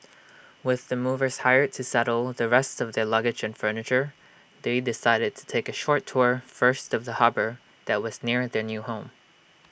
with the movers hired to settle the rest of their luggage and furniture they decided to take A short tour first of the harbour that was near their new home